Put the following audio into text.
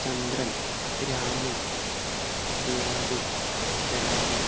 Chandran Ramu Siyad Jalal